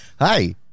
hi